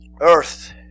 earth